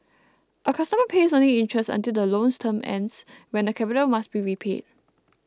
a customer pays only interest until the loan's term ends when the capital must be repaid